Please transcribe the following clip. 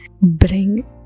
bring